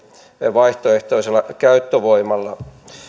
vaihtoehtoisella käyttövoimalla